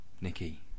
Nikki